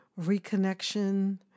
reconnection